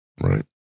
Right